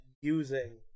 using